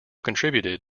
contributed